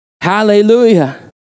Hallelujah